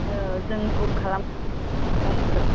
जों बुक खालामगौमोन बासखौ